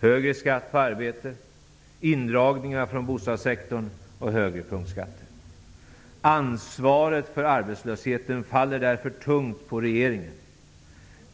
högre skatt på arbete, indragningar från bostadssektorn och högre punktskatter. Ansvaret för arbetslösheten faller därför tungt på regeringen.